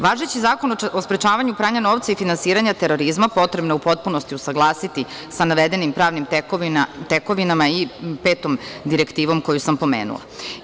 Važeći zakon o sprečavanju pranja novca i finansiranja terorizma potrebno je u potpunosti usaglasiti sa navedenim pravnim tekovinama i Petom direktivom, koju sam spomenula.